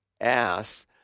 asked